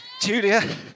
Julia